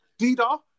Dida